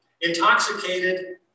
Intoxicated